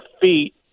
feet